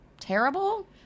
terrible